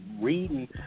reading